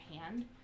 hand